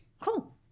Cool